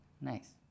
Nice